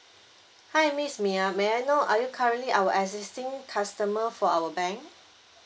hi miss mia may I know are you currently our existing customer for our bank